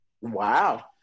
wow